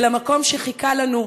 אל המקום שחיכה לנו,